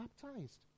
baptized